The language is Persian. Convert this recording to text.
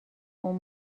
اون